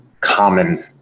common